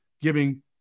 giving –